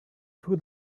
threw